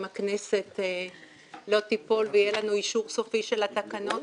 אם הכנסת לא תיפול ויהיה לנו אישור סופי של התקנות,